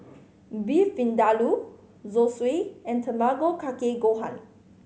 Beef Vindaloo Zosui and Tamago Kake Gohan